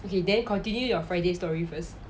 okay then continue your friday story first